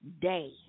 day